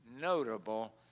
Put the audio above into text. notable